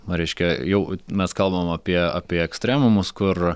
reiškia jau mes kalbam apie apie ekstremumus kur